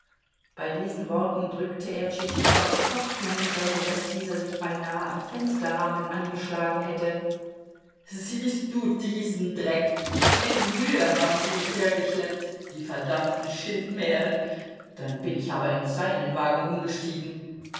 bei diesen worten drückte er tschitschikows kopf hinunter so daß dieser sich beinahe am fensterrahmen angeschlagen hätte siehst du diesen dreck mit mühe haben sie mich hergeschleppt die verdammten schindmähren dann bin ich aber in seinen wagen umgestiegen